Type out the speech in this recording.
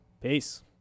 Peace